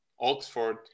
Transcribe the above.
Oxford